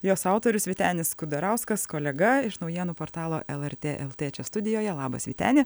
jos autorius vytenis kudarauskas kolega iš naujienų portalo lrt lt čia studijoje labas vyteni